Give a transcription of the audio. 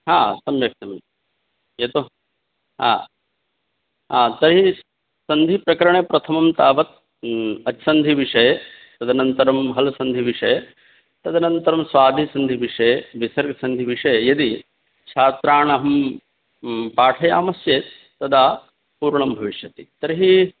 हा सम्यक् सम्यक् यतो तर्हि सन्धिप्रकरणे प्रथमं तावत् अच् सन्धिविषये तदनन्तरं हल् सन्धिविषये तदनन्तरं स्वादिसन्धिविषये विसर्गसन्धिविषये यदि छात्राणां पाठयामश्चेत् तदा पूर्णं भविष्यति तर्हि